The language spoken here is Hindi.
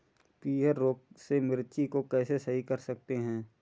पीहर रोग से मिर्ची को कैसे सही कर सकते हैं?